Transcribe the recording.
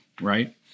right